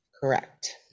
Correct